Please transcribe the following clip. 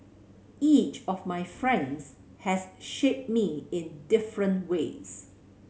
each of my friends has shaped me in different ways